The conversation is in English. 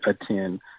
attend